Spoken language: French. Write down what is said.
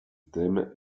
thème